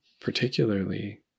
particularly